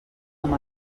amb